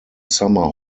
summer